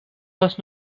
was